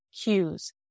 cues